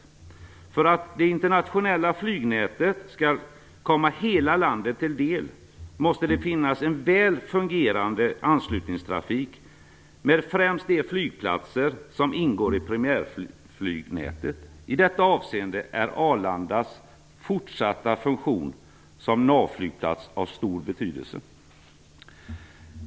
För att det internationella flygnätet skall komma hela landet till del måste det finnas en väl fungerande anslutningstrafik med främst de flygplatser som ingår i primärflygnätet. I detta avseende är Arlandas fortsatta funktion som navflygplats av stor betydelse.